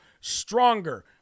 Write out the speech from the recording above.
stronger